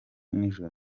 nijoro